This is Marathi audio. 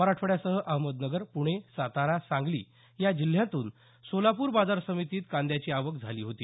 मराठवाड्यासह अहमदनगर पूणे सातारा सांगली या जिल्ह्यांतून सोलापूर बाजार समितीत कांद्याची आवक झाली होती